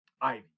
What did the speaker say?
Ivy